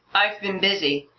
i've been busy.